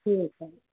ठीक है